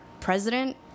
president